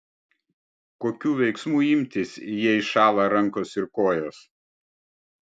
kokių veiksmų imtis jei šąla rankos ir kojos